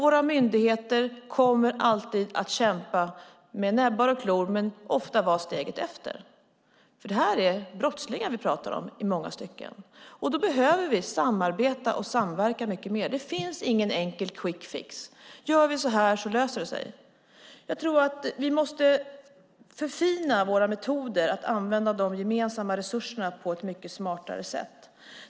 Våra myndigheter kommer alltid att kämpa med näbbar och klor men ofta vara steget efter. Detta är nämligen i många stycken brottslingar som vi pratar om. Då behöver vi samarbeta och samverka mycket mer. Det finns ingen enkel quick fix - gör vi så här så löser det sig. Jag tror att vi måste förfina våra metoder och använda de gemensamma resurserna på ett mycket smartare sätt.